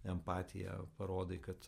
empatiją parodai kad